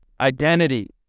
Identity